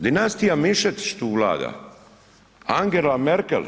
Dinastija Mišetić tu vlada Angela Mekel,